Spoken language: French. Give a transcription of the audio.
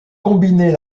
combiner